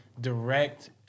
direct